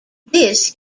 this